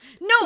No